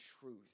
truth